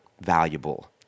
valuable